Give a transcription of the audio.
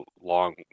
long